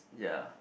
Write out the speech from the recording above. ya